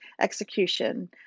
execution